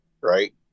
right